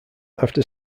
after